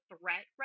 threat